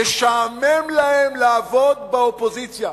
שמשעמם להם לעבוד באופוזיציה,